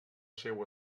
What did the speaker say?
seua